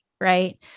right